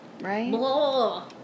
right